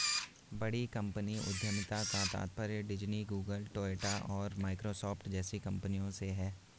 बड़ी कंपनी उद्यमिता का तात्पर्य डिज्नी, गूगल, टोयोटा और माइक्रोसॉफ्ट जैसी कंपनियों से है